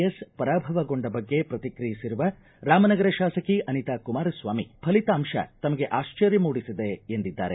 S ಪರಾಭವಗೊಂಡ ಬಗ್ಗೆ ಪ್ರತಿಕ್ರಿಯಿಸಿರುವ ರಾಮನಗರ ಶಾಸಕಿ ಅನಿತಾ ಕುಮಾರಸ್ವಾಮಿ ಫಲಿತಾಂಶ ತಮಗೆ ಆಶ್ವರ್ಯ ಮೂಡಿಸಿದೆ ಎಂದಿದ್ದಾರೆ